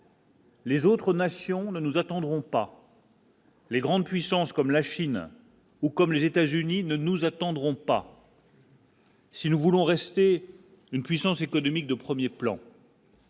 Les autres nations ne nous attendront pas. Les grandes puissances comme la Chine ou comme les États-Unis, ne nous attendront pas. Si nous voulons rester une puissance économique de 1er plan.